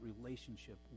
relationship